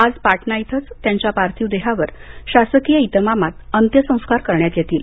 आज पाटणा इथंच त्यांच्या पार्थिव देहावर शासकीय इतमामात अंत्यसंस्कार करण्यात येतील